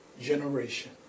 generation